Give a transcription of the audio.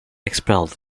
expelled